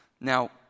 Now